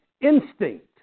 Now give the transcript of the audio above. instinct